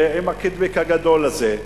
ועם הקיטבג הגדול הזה.